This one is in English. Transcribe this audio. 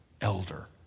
elder